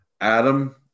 Adam